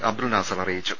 അബ്ദുൽ നാസർ അറിയിച്ചു